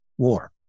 war